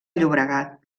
llobregat